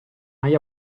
hai